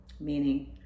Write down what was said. meaning